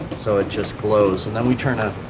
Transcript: so it just glows and then we turn up,